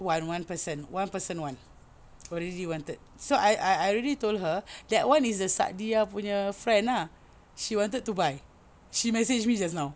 one one person one person one who really wanted so I I already told her that one is the Saadiah punya friend ah she wanted to buy she messaged me just now